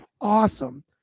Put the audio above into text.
awesome